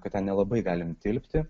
kad ten nelabai galim tilpti